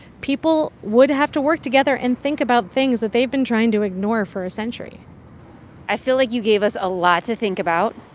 people would have to work together and think about things that they've been trying to ignore for a century i feel like you gave us a lot to think about,